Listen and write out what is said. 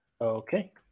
Okay